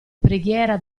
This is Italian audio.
preghiera